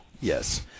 Yes